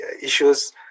issues